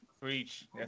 Preach